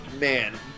man